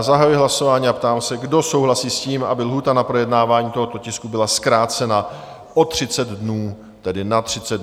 Zahajuji hlasování a ptám se, kdo souhlasí s tím, aby lhůta na projednávání tohoto tisku byla zkrácena o 30 dnů, tedy na 30 dnů?